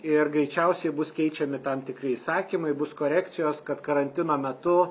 ir greičiausiai bus keičiami tam tikri įsakymai bus korekcijos kad karantino metu